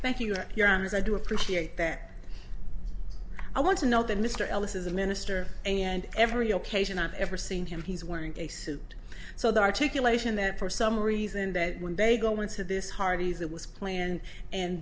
thank you for your honors i do appreciate that i want to know that mr ellis is a minister and every occasion i've ever seen him he's wearing a suit so that articulation that for some reason that when they go into this hardee's it was planned and